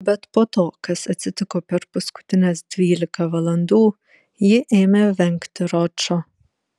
bet po to kas atsitiko per paskutines dvylika valandų ji ėmė vengti ročo